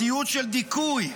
מציאות של דיכוי,